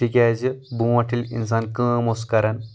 تِکیٛازِ برٛونٛٹھ ییٚلہِ انسان کٲم اوس کران